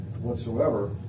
whatsoever